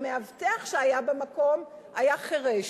המאבטח שהיה במקום היה חירש.